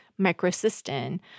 microcystin